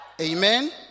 Amen